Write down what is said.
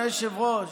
אדוני היושב-ראש,